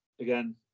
again